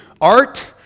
Art